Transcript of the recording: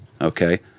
okay